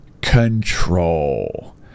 control